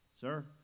Sir